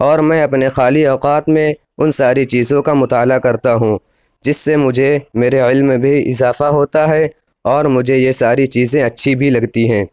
اور میں اپنے خالی اوقات میں اُن ساری چیزوں کا مطالعہ کرتا ہوں جس سے مجھے میرے علم میں بھی اضافہ ہوتا ہے اور مجھے یہ ساری چیزیں اچھی بھی لگتی ہیں